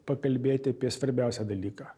pakalbėti apie svarbiausią dalyką